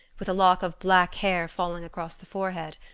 with a lock of black hair failing across the forehead.